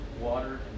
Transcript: water